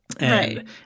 Right